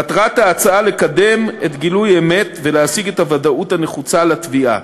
מטרת ההצעה לקדם את גילוי האמת ולהשיג את הוודאות הנחוצה לתביעה.